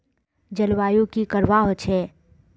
जलवायु की करवा होचे?